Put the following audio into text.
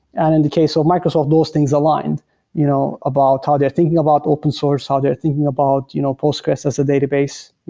and in the case of microsoft, those things align you know about how ah they're thinking about open source, how they're thinking about you know postgres as a database.